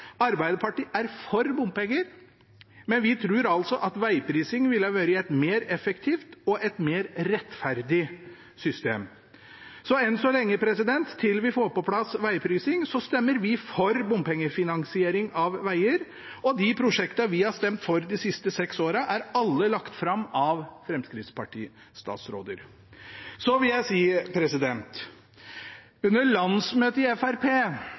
Arbeiderpartiet er for bompenger, men vi tror altså at vegprising ville vært et mer effektivt og et mer rettferdig system. Så enn så lenge, til vi får på plass vegprising, stemmer vi for bompengefinansiering av veger, og de prosjektene vi har stemt for de siste seks årene, er alle lagt fram av Fremskrittsparti-statsråder. Så vil jeg si: Under landsmøtet i